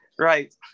Right